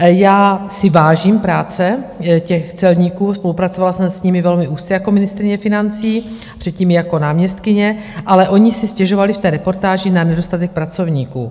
Já si vážím práce těch celníků, spolupracovala jsem s nimi velmi úzce jako ministryně financí, předtím jako náměstkyně, ale oni si stěžovali v té reportáži na nedostatek pracovníků.